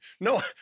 No